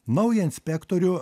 naują inspektorių